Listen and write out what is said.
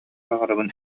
баҕарабын